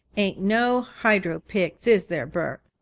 ain't no hy dro pics, is there, bert?